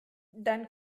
dann